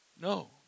no